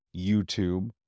YouTube